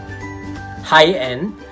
high-end